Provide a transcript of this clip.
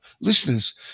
listeners